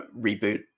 reboot